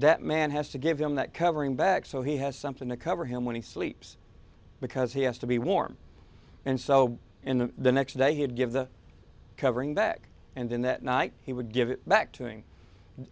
that man has to give him that covering back so he has something to cover him when he sleeps because he has to be warm and so in the next day he'd give the covering back and in that night he would give it back to ng